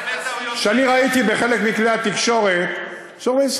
כשאני ראיתי בחלק מכלי התקשורת שאומרים,